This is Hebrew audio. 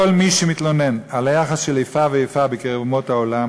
כל מי שמתלונן על יחס של איפה ואיפה בקרב אומות העולם